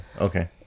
Okay